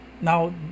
Now